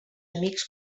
amics